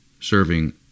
serving